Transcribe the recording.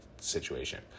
situation